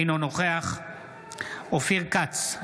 אינו נוכח עופר כסיף,